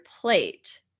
plate